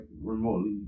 remotely